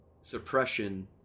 suppression